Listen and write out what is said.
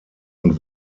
und